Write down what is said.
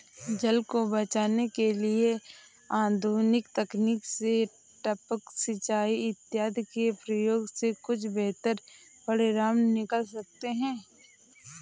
जल को बचाने के लिए आधुनिक तकनीक से टपक सिंचाई इत्यादि के प्रयोग से कुछ बेहतर परिणाम निकल सकते हैं